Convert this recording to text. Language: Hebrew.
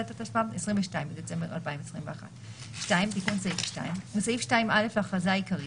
התשפ"ב (22 בדצמבר 2022)". תיקון סעיף 2 בסעיף 2(א) להכרזה העיקרית,